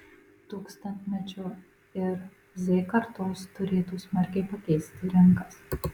tūkstantmečio ir z kartos turėtų smarkiai pakeisti rinkas